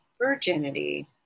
virginity